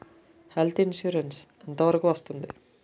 Health insurance ఎంత వరకు వస్తుంది?